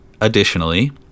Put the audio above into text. Additionally